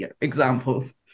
examples